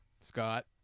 Scott